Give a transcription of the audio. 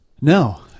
No